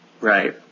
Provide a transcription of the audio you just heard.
Right